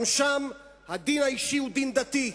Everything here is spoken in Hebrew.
גם שם הדין האישי הוא דין דתי,